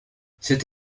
cette